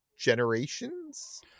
Generations